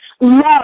love